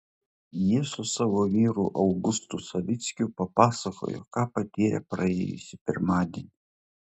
ji su savo vyru augustu savickiu papasakojo ką patyrė praėjusį pirmadienį